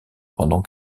pendant